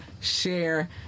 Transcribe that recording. share